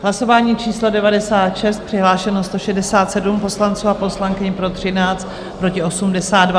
Hlasování číslo 96, přihlášeno 167 poslanců a poslankyň, pro 13, proti 82.